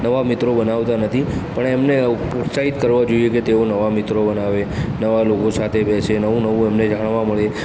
નવા મિત્રો બનાવતા નથી પણ એમને પ્રોત્સાહિત કરવા જોઈએ કે તેઓ નવા મિત્રો બનાવે નવા લોકો સાથે બેસે નવું નવું એમને જાણવા મળે